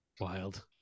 Wild